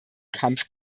kampf